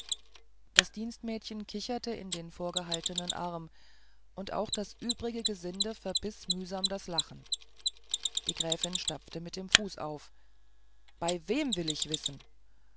das dienstmädchen kicherte in den vorgehaltenen arm und auch das übrige gesinde verbiß mühsam das lachen die gräfin stampfte mit dem fuße auf bei wem will ich wissen